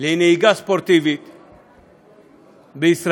לנהיגה ספורטיבית בישראל,